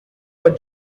for